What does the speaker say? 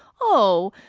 oh,